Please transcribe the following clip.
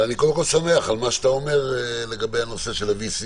אבל אני קודם כל שמח על מה שאתה אומר לגבי הנושא של ה-VC.